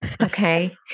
Okay